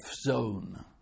zone